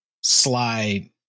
slide